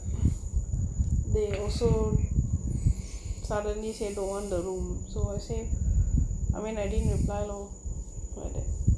they also suddenly say don't want the room so I say I mean I didn't reply loh for that